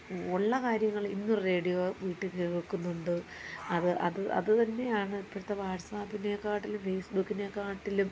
ഉള്ളകാര്യങ്ങൾ ഇന്നും റേഡിയോ വീട്ടിൽ ഇട്ട് കേൾക്കുന്നുണ്ട് അത് അത് അതു തന്നെയാണ് ഇപ്പോഴത്തെ വാട്സാപ്പിനെക്കാട്ടിലും ഫേസ്ബുക്കിനെക്കാട്ടിലും